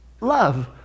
love